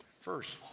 First